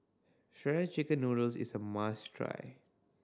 shred chicken noodles is a must try